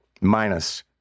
minus